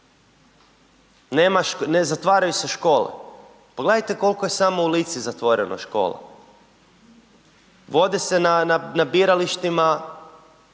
ne zatvaraju se škole, pogledajte kolko je samo u Lici zatvoreno škola. Vode se na biralištima